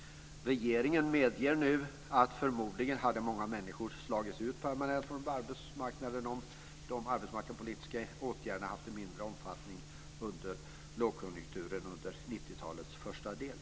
Regeringen medger nu att många människor förmodligen hade slagits ut permanent från arbetsmarknaden om de arbetsmarknadspolitiska åtgärderna hade haft en mindre omfattning under lågkonjunkturen under 90 talets första del.